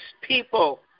people